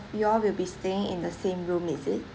you all will be staying in the same room is it